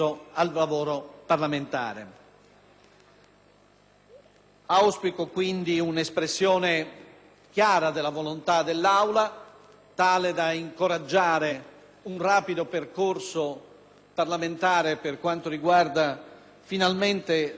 Auspico, quindi, un'espressione chiara della volontà dell'Aula, tale da incoraggiare un rapido percorso parlamentare per quanto riguarda finalmente la normazione della fine vita.